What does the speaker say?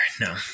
No